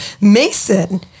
Mason